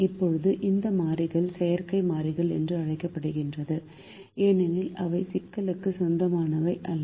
இப்போது இந்த மாறிகள் செயற்கை மாறிகள் என்று அழைக்கப்படுகின்றன ஏனெனில் அவை சிக்கலுக்கு சொந்தமானவை அல்ல